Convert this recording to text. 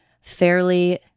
fairly